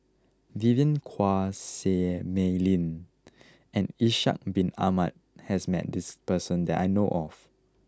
Vivien Quahe Seah Mei Lin and Ishak bin Ahmad has met this person that I know of